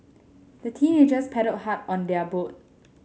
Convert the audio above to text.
the teenagers paddled hard on their boat